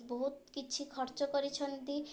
ବହୁତ କିଛି ଖର୍ଚ୍ଚ କରିଛନ୍ତି